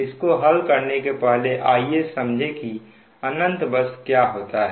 इसको हल करने के पहले आइए समझे कि अनंत बस क्या होता है